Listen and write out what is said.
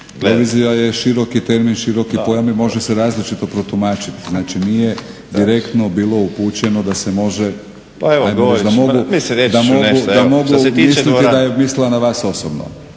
Provizija je široki termin, široki pojam i može se različito protumačiti znači nije direktno bilo upućeno da mogu misliti da je mislila na vas osobno.